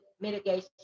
mitigation